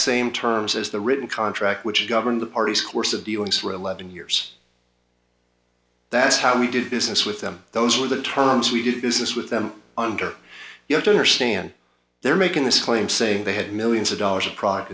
same terms as the written contract which governed the parties course of dealings for eleven years that's how we did business with them those were the terms we did this is with them under you have to understand they're making this claim saying they had millions of dollars of pro